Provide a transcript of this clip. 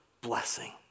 blessing